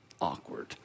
awkward